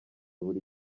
buri